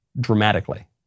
dramatically